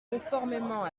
conformément